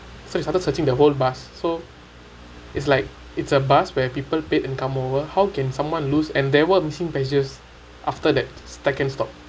so they started searching the whole bus so it's like it's a bus where people paid and come over how can someone lose and there were missing passengers after that second stop